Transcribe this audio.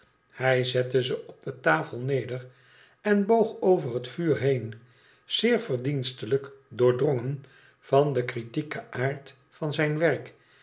hij zette ze op de tafel neder en boog over het vuur heen zeer verdienstelijk doordrongen van den kritieken aard van zija werk